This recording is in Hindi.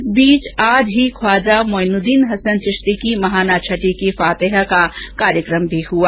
इस बीच आज ही ख्वाजा मोइनुद्दीन हसन चिश्ती की महाना छठी की फातहा का कार्यक्रम भी हुआ